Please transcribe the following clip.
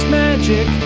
magic